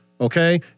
Okay